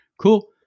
Cool